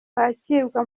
bakirwa